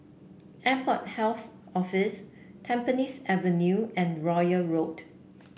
Airport Health Office Tampines Avenue and Royal Road